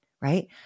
right